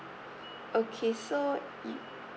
okay so it